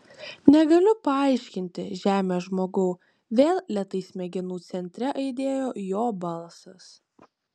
negaliu paaiškinti žemės žmogau vėl lėtai smegenų centre aidėjo jo balsas